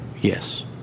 Yes